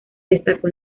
destacó